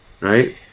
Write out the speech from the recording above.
Right